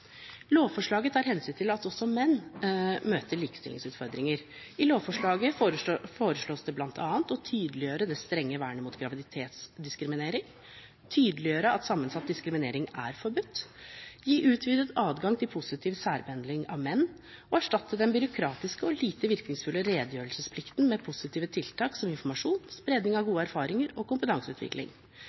Lovforslaget tar hensyn til at også menn møter likestillingsutfordringer. I lovforslaget foreslås det bl.a.: å tydeliggjøre det strenge vernet mot graviditetsdiskriminering å tydeliggjøre at sammensatt diskriminering er forbudt å gi utvidet adgang til positiv særbehandling av menn å erstatte den byråkratiske og lite virkningsfulle redegjørelsesplikten med positive tiltak som informasjon, spredning av gode erfaringer og kompetanseutvikling